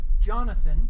Jonathan